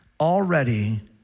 Already